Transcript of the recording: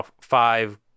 five